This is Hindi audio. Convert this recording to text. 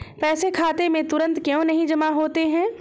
पैसे खाते में तुरंत क्यो नहीं जमा होते हैं?